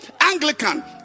Anglican